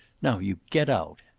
now you get out.